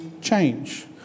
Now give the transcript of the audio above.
change